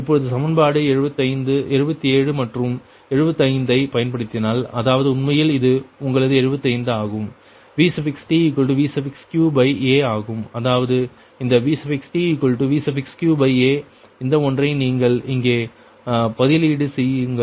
இப்பொழுது சமன்பாடு 77 மற்றும் 75 ஐ பயன்படுத்தினால் அதாவது உண்மையில் இது உங்களது 75 ஆகும் VtVqa ஆகும் அதாவது இந்த VtVqa இந்த ஒன்றை நீங்கள் இங்கே பதிலீடு செய்யுங்கள்